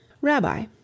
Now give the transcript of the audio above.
rabbi